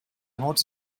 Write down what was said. not